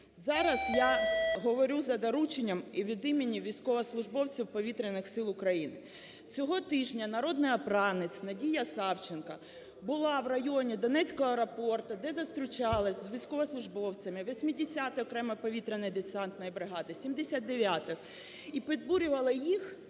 Зараз я говорю за дорученням і від імені військовослужбовців Повітряних Сил України. Цього тижня народний обранець Надія Савченко була в районі Донецького аеропорту, де зустрічалась з військовослужбовцями 80-ї окремої повітряно-десантної бригади, 79-ї, і підбурювала їх